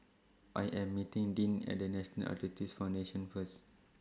I Am meeting Dink At National Arthritis Foundation First